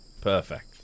Perfect